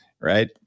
right